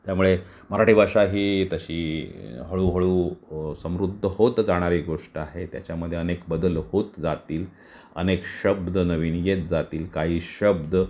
त्यामुळे मराठी भाषा ही तशी हळूहळू समृद्ध होत जाणारी गोष्ट आहे त्याच्यामध्ये अनेक बदल होत जातील अनेक शब्द नवीन येत जातील काही शब्द